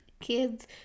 kids